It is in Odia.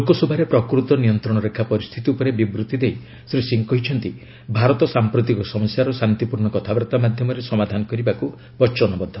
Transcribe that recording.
ଲୋକସଭାରେ ପ୍ରକୃତ ନିୟନ୍ତ୍ରଣ ରେଖା ପରିସ୍ଥିତି ଉପରେ ବିବୃତି ଦେଇ ଶ୍ରୀ ସିଂହ କହିଛନ୍ତି ଭାରତ ସାମ୍ପ୍ରତିକ ସମସ୍ୟାର ଶାନ୍ତିପୂର୍ଣ୍ଣ କଥାବାର୍ତ୍ତା ମାଧ୍ୟମରେ ସମାଧାନ କରିବାକୁ ବଚନବଦ୍ଧ